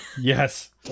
Yes